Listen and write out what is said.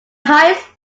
highest